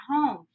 home